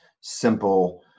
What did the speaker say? simple